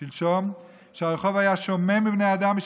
שלשום, כשהרחוב היה שומם מבני אדם.